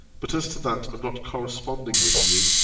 but as to that of not corresponding with you,